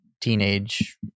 teenage